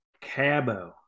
Cabo